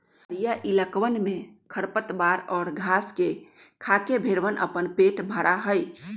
पहड़ीया इलाकवन में खरपतवार और घास के खाके भेंड़वन अपन पेट भरा हई